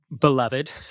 beloved